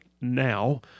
now